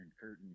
Curtain